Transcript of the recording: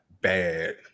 bad